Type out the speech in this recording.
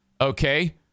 Okay